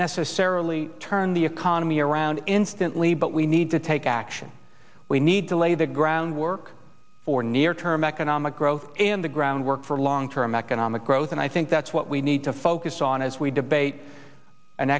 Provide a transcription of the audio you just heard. wearily turn the economy around instantly but we need to take action we need to lay the groundwork for near term economic growth and the groundwork for long term economic growth and i think that's what we need to focus on as we debate an